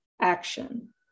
action